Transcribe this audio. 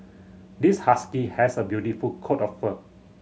this husky has a beautiful coat of fur